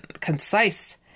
concise